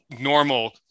normal